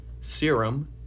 Serum